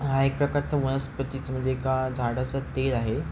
हा एक प्रकारचा वनस्पतीचं म्हणजे एका झाडाचं तेल आहे